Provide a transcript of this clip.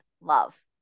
love